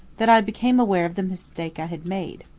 that i became aware of the mistake i had made.